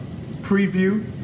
preview